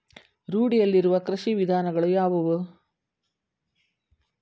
ರೂಢಿಯಲ್ಲಿರುವ ಕೃಷಿ ವಿಧಾನಗಳು ಯಾವುವು?